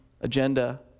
agenda